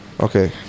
Okay